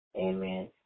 amen